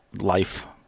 life